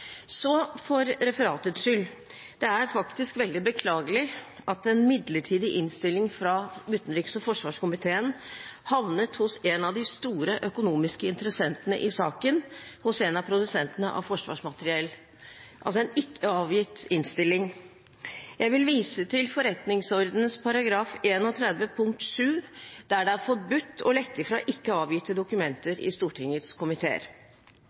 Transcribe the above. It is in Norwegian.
For referatets skyld: Det er veldig beklagelig at en midlertidig innstilling, en ikke avgitt innstilling, fra utenriks- og forsvarskomiteen havnet hos en av de store økonomiske interessentene i saken: hos en av produsentene av forsvarsmateriell. Jeg vil vise til forretningsordenens § 31 punkt 7: Det er forbudt å lekke fra ikke avgitte dokumenter i Stortingets komiteer.